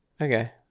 Okay